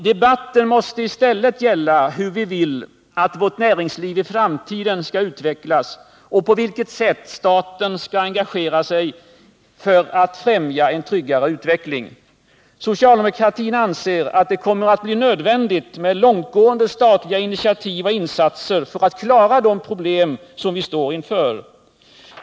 Debatten måste i stället gälla hur vi vill att vårt näringsliv skall utvecklas i framtiden och på vilket sätt staten skall engagera sig för att främja en tryggare utveckling. Socialdemokratin anser att det kommer att bli nödvändigt med långtgående statliga initiativ och insatser för att klara de problem som vi står inför.